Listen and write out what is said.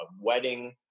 wedding